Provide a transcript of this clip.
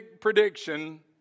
prediction